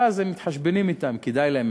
ואז הם מתחשבנים אתם, כדאי להם.